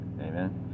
amen